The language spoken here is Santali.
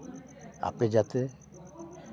ᱟᱯᱮ ᱡᱟᱛᱮ